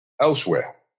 elsewhere